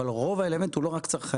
אבל רוב האלמנט הוא לא רק צרכני.